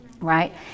right